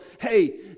hey